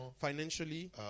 financially